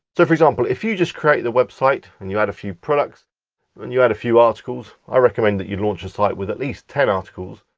so for example, if you just create the website, and you add a few products and you add a few articles. i recommend that you launch a site with at least ten articles.